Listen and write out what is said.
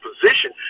position